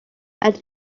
and